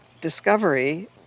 discovery